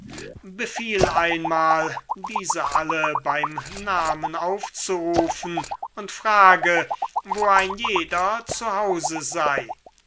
befiehl einmal diese alle beim namen aufzurufen und frage wo ein jeder zu hause sei